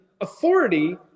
authority